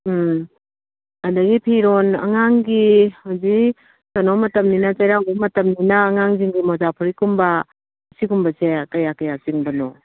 ꯎꯝ ꯑꯗꯒꯤ ꯐꯤꯔꯣꯟ ꯑꯉꯥꯡꯒꯤ ꯍꯧꯖꯤꯛ ꯀꯩꯅꯣ ꯃꯇꯝꯅꯤꯅ ꯆꯩꯔꯥꯎꯕ ꯃꯇꯝꯅꯤꯅ ꯑꯉꯥꯡꯁꯤꯡꯒꯤ ꯃꯣꯖꯥ ꯐꯨꯔꯤꯠꯀꯨꯝꯕ ꯁꯤꯒꯨꯝꯕꯁꯦ ꯀꯌꯥ ꯀꯌꯥ ꯆꯤꯡꯕꯅꯣ